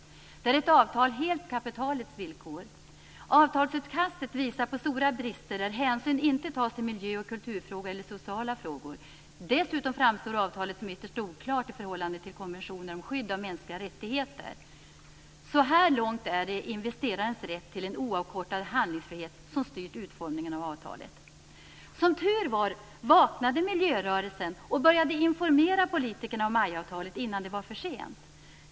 Det är ett avtal helt på kapitalets villkor. Avtalsutkastet visar på stora brister där hänsyn inte tas till miljö och kulturfrågor eller sociala frågor. Dessutom framstår avtalet som ytterst oklart i förhållande till konventioner om skydd av mänskliga rättigheter. Så här långt är det investerarens rätt till en oavkortad handlingsfrihet som styrt utformningen av avtalet. Som tur var vaknade miljörörelsen och började informera politikerna om MAI-avtalet innan det var för sent.